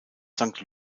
sankt